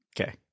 okay